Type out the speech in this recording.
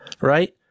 right